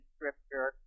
Scripture